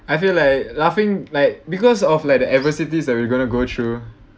I feel like laughing like because of like the adversities that we're going to go through